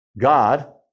God